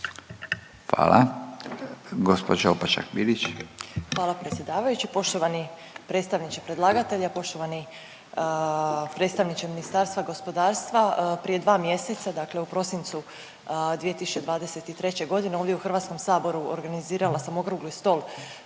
Bilić, Marina (Nezavisni)** Hvala predsjedavajući. Poštovani predstavniče predlagatelja, poštovani predstavniče Ministarstva gospodarstva. Prije dva mjeseca dakle u prosincu 2023. godine ovdje u Hrvatskom saboru organizirala sam okrugli stol